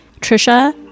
Trisha